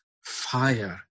fire